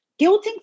Guilting